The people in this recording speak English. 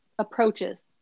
approaches